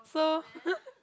so